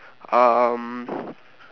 um